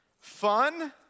fun